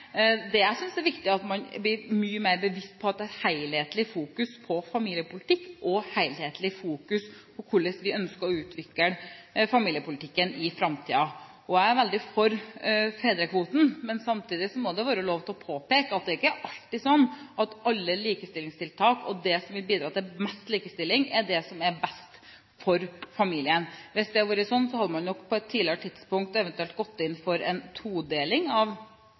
Det jeg synes er viktig, er at man blir mye mer bevisst på at det er et helhetlig fokus på familiepolitikk og et helhetlig fokus på hvordan vi ønsker å utvikle familiepolitikken i framtiden. Jeg er veldig for fedrekvoten, men samtidig må det være lov å påpeke at det ikke alltid er sånn at alle likestillingstiltak, og det som vil bidra til mest likestilling, er det som er best for familien. Hvis det hadde vært sånn, hadde man nok på et tidligere tidspunkt gått inn for en todeling av